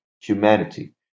humanity